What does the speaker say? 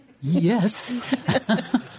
Yes